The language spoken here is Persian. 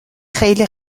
خیلی